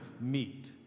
meat